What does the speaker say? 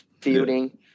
fielding